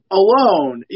alone